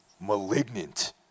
Malignant